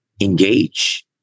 engage